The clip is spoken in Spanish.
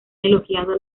elogiado